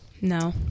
No